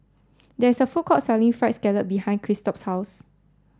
there is a food court selling fried scallop behind Christop's house